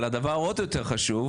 אבל הדבר העוד יותר חשוב,